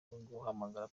guhamagara